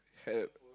had